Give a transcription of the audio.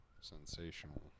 Sensational